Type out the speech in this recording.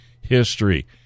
history